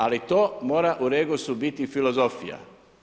Ali to mora u REGOS-u biti filozofija.